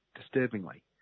disturbingly